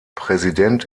präsident